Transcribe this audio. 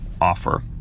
offer